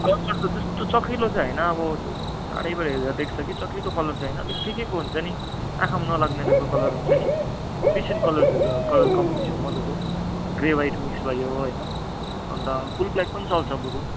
colour त त्यस्तो चकिलो चाहिँ होइन अब त्यो टाडैबाट हेर्दा देख्छ कि चकिलो कलर चाहिँ होइन अलिक ठिकैको हुन्छ नि आँखामा नलाग्ने टाइपको कलर हुन्छ नि डिसेन्ट कलर्हसरू अब कलर कम्बिनेसन मज्जाको ग्रे वाइट मिक्स भयो होइन अन्त फुल ब्ल्याक पनि चल्छ बरू